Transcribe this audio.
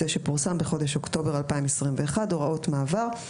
זה שפורסם בחודש אוקטובר 2021 (הוראות מעבר).